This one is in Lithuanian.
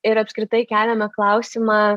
ir apskritai keliame klausimą